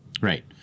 Right